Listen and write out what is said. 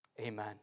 Amen